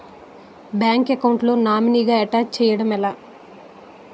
Bank account లో నామినీగా attach చేయడం ఎలా?